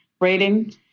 rating